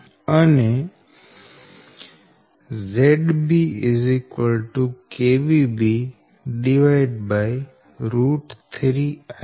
અને ZB B 3 IB